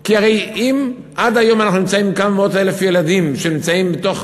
כי הרי אם עד היום אנחנו נמצאים עם כמה מאות אלפי ילדים שנמצאים בתוך